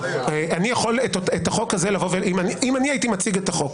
אם אני ולא היועץ המשפטי הייתי מציג את החוק